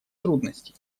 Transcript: трудностей